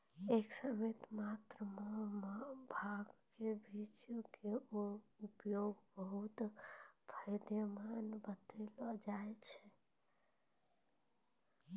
एक सीमित मात्रा मॅ भांग के बीज के उपयोग बहु्त फायदेमंद बतैलो जाय छै